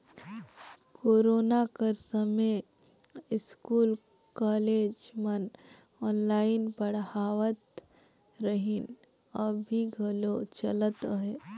corona कर समें school, college मन ऑनलाईन पढ़ावत रहिन, अभीं घलो चलत अहे